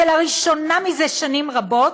שלראשונה מזה שנים רבות,